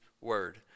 word